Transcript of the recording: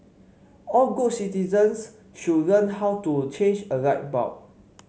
all good citizens should learn how to change a light bulb